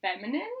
Feminine